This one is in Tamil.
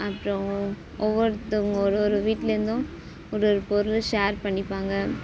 அப்றம் ஒவ்வொருத்தவங்க ஒரு ஒரு வீட்லேயிருந்தும் ஒரு ஒரு பொருளை ஷேர் பண்ணிப்பாங்க